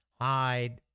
hide